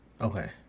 okay